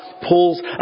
pulls